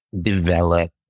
develop